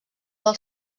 del